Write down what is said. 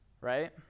right